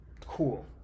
Cool